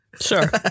Sure